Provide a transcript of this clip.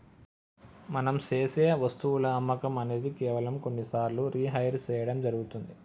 మనం సేసె వస్తువుల అమ్మకం అనేది కేవలం కొన్ని సార్లు రిహైర్ సేయడం జరుగుతుంది